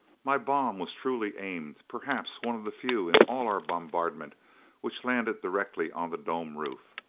my bomb was truly aimed perhaps one of the few in all our bombardment which landed directly on the dome roof.